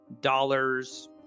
dollars